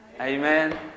Amen